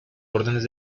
órdenes